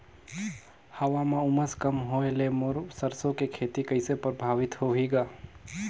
हवा म उमस कम होए ले मोर सरसो के खेती कइसे प्रभावित होही ग?